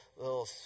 little